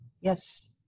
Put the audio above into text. Yes